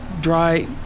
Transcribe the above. dry